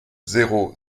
zéro